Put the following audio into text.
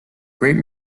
great